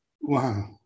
Wow